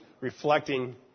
Reflecting